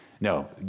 No